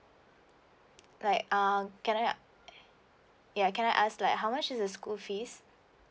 like uh can I yeah can I ask like how much is the school fees